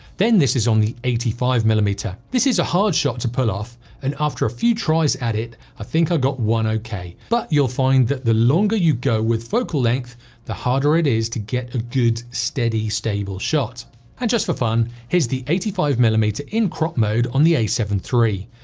then this is on the eighty five millimeter this is a hard shot to pull off and after a few tries at it i think i got one okay but you'll find that the longer you go with focal length the harder it is to get a good steady stable shot and just for fun here's the eighty five millimeter in crop mode on the a seven three.